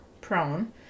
prone